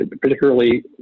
particularly